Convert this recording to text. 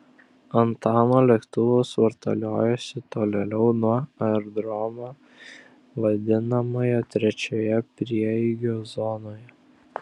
antano lėktuvas vartaliojosi tolėliau nuo aerodromo vadinamoje trečioje prieigų zonoje